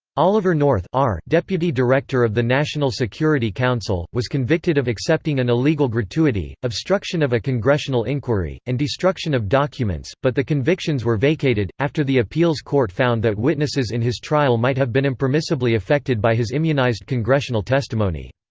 oliver north deputy director of the national security council, was convicted of accepting an illegal gratuity, obstruction of a congressional inquiry, and destruction of documents, but the convictions were vacated, after the appeals court found that witnesses in his trial might have been impermissibly affected by his immunized congressional testimony.